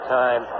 time